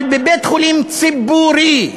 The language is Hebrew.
אבל בבית-חולים ציבורי,